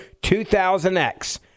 2000X